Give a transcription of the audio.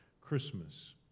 Christmas